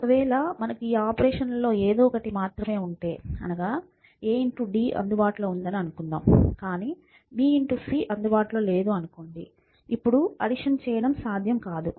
ఒకవేళ మనకు ఈ ఆపరేషన్లలో ఎదో ఒకటి మాత్రమే ఉంటే అనగా a × d అందుబాటులో ఉందని అనుకుందాం కానీ b × c అందుబాటులో లేదు అనుకోండి అప్పుడు అడిషన్ చేయడం సాధ్యం కాదు